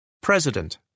President